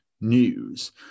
news